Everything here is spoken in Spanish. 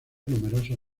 numerosos